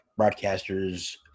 broadcasters